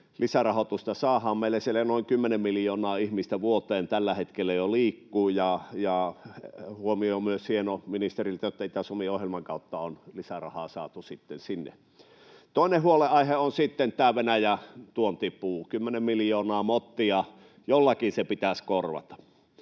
lisärahoitusta saadaan. Meillä siellä noin 10 miljoonaa ihmistä vuoteen tällä hetkellä jo liikkuu, ja ministeriltä on hieno huomio myös, että Itä-Suomi-ohjelman kautta on lisärahaa saatu sitten sinne. Toinen huolenaihe on sitten tämä Venäjän tuontipuu, 10 miljoonaa mottia. Jollakin se pitäisi korvata.